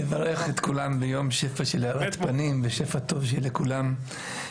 אני מברך את כולם לשפע וטוב שיהיה לכולם.